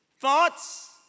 Thoughts